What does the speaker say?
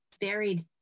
buried